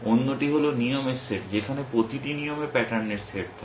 অন্যটি হল নিয়মের সেট যেখানে প্রতিটি নিয়মে প্যাটার্নের সেট থাকে